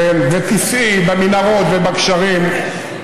ותיסעי במנהרות ובגשרים,